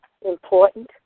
important